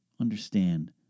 understand